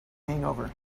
hangover